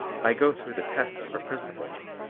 i go through the tests for principals.